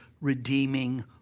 redeeming